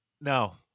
No